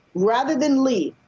rather than lead.